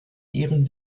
ihren